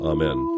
Amen